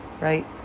right